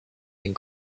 den